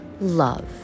love